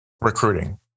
recruiting